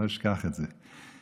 לא אשכח את זה.